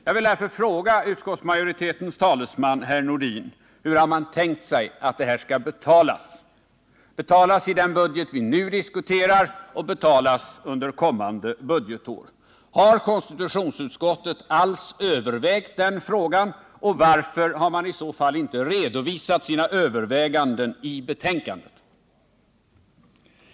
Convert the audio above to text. Jag måste därför fråga utskottsmajoritetens talesman herr Nordin: Hur har man tänkt sig att detta skall betalas i den budget vi nu diskuterar och för kommande budgetår? Har konstitutionsutskottet alls övervägt den frågan? Varför har man i så fall inte redovisat sina överväganden i betänkandet?